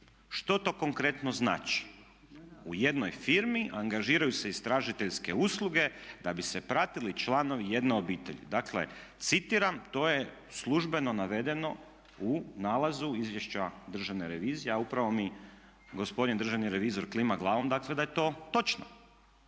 Što to konkretno znači? U jednoj firmi angažiraju se istražiteljske usluge da bi se pratili članove jedne obitelji. Dakle citiram to je službeno navedeno u nalazu Izvješća Državne revizije, a upravo mi gospodin državni revizor klima glavom dakle da je to točno.